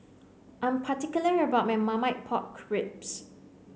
I'm particular about my Marmite Pork Ribs